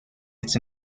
its